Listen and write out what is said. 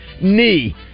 knee